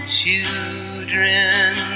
children